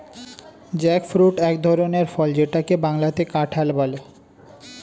jackfruit এক ধরনের ফল যেটাকে বাংলাতে কাঁঠাল বলে